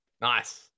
nice